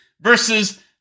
Versus